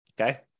okay